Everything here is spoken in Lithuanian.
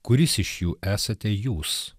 kuris iš jų esate jūs